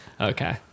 Okay